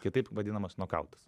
kitaip vadinamas nokautas